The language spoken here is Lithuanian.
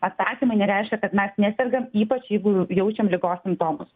atsakymai nereiškia kad mes nesergam ypač jeigu jaučiam ligos simptomus